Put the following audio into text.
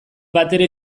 batere